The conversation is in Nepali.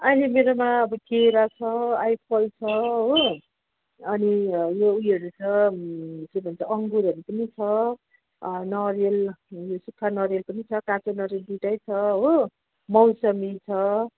अहिले मेरोमा अब केरा छ आइफल छ हो अनि यो उयोहरू छ के भन्छ अङ्गुरहरू पनि छ नरिवल सुक्खा नरिवल पनि छ काँचो नरिवल दुईवटै छ हो मौसमी छ